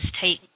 take